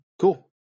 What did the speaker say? cool